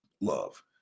love